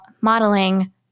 modeling